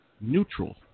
neutral